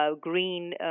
green